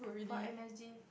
for M_S_G